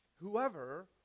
Whoever